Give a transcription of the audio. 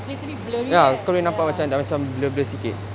it's little bit blurry right ya